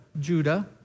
Judah